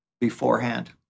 beforehand